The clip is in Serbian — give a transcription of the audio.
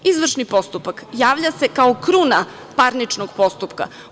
Izvršni postupak javlja se kao kruna parničnog postupka.